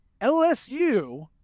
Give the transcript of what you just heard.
LSU